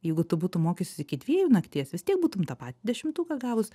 jeigu tu būtum mokiusis iki dviejų nakties vis tiek būtum tą patį dešimtuką gavus